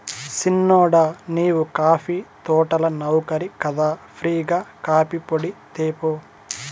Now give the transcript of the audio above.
సిన్నోడా నీవు కాఫీ తోటల నౌకరి కదా ఫ్రీ గా కాఫీపొడి తేపో